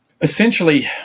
essentially